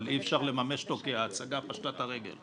אבל אי אפשר לממש אותו כי ההצגה פשטה את הרגל.